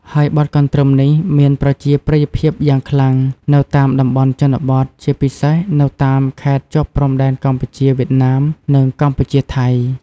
ហើយបទកន្ទ្រឹមនេះ មានប្រជាប្រិយភាពយ៉ាងខ្លាំងនៅតាមតំបន់ជនបទ ជាពិសេសនៅតាមខេត្តជាប់ព្រំដែនកម្ពុជា-វៀតណាម និងកម្ពុជា-ថៃ។